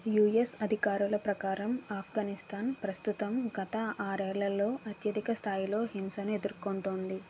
US అధికారుల ప్రకారం ఆఫ్ఘనిస్తాన్ ప్రస్తుతం గత ఆరేళ్లలో అత్యధిక స్థాయిలో హింసను ఎదుర్కొంటోంది